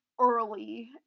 early